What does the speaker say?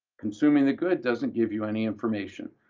consuming the good doesn't give you any information,